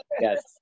Yes